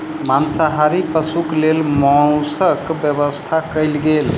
मांसाहारी पशुक लेल मौसक व्यवस्था कयल गेल